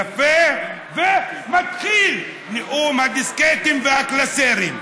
יפה, מתחיל נאום הדיסקטים והקלסרים,